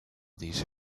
these